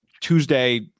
Tuesday